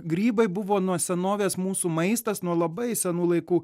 grybai buvo nuo senovės mūsų maistas nuo labai senų laikų